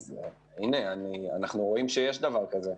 הנה, אנחנו רואים שיש דבר כזה.